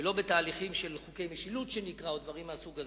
ולא בתהליכים של חוקי משילות או דברים מהסוג הזה.